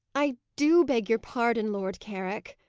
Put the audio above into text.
i do beg your pardon, lord carrick,